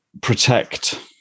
protect